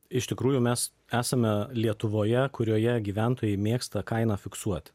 iš tikrųjų mes esame lietuvoje kurioje gyventojai mėgsta kainą fiksuot